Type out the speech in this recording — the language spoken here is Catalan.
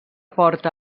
porta